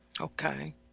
Okay